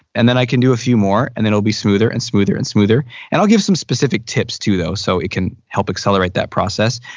and then i can do a few more and it'll be smoother, and smoother, and smoother and i'll give some specific tips too though so it can help accelerate that process.